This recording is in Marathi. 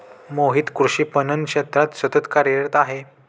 मोहित कृषी पणन क्षेत्रात सतत कार्यरत आहे